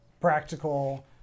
practical